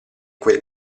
quel